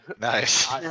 Nice